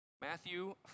Matthew